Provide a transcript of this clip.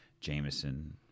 Jameson